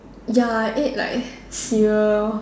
ya I ate like cereal